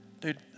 Dude